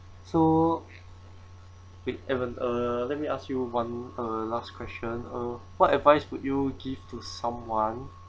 so wait evan uh let me ask you one uh last question uh what advice would you give to someone